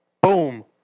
Boom